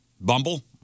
Bumble